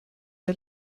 der